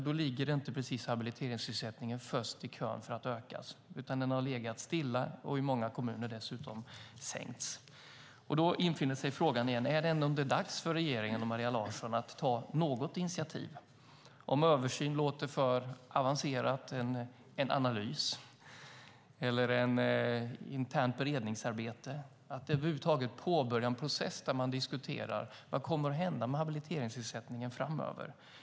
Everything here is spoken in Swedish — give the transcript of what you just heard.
Då ligger inte precis habiliteringsersättningen först i kön för att ökas, utan den har legat stilla eller i många kommuner till och med sänkts. Då infinner sig frågan igen: Är det inte dags för regeringen och Maria Larsson att ta något initiativ? Om översyn låter för avancerat kanske det kan bli en analys eller ett internt beredningsarbete så att man påbörjar en process där man diskuterar vad som kommer att hända med habiliteringsersättningen framöver.